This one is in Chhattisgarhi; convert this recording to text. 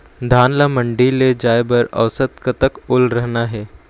धान ला मंडी ले जाय बर औसत कतक ओल रहना हे?